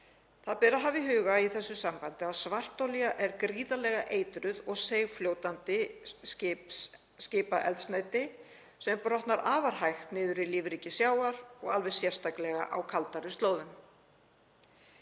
Það ber að hafa í huga í þessu sambandi að svartolía er gríðarlega eitrað og seigfljótandi skipaeldsneyti sem brotnar afar hægt niður í lífríki sjávar og alveg sérstaklega á kaldari slóðum,